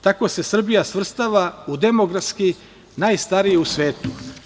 Tako se Srbija svrstava u demografski najstariju u svetu.